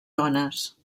dones